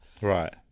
Right